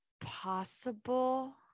possible